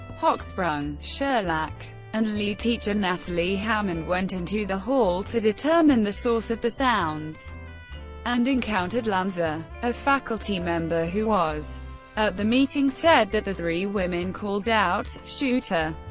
hochsprung, sherlach, and lead teacher natalie hammond went into the hall to determine the source of the sounds and encountered lanza. a faculty member who was at the meeting said that the three women called out shooter!